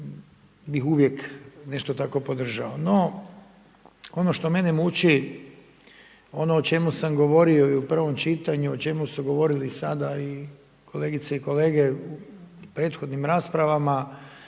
bi uvijek nešto tako podržao. No, ono što mene muči, ono o čemu sam govorio i u prvom čitanju, o čemu su govorili sada i kolegice i kolege u prethodnim raspravama